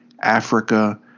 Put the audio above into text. Africa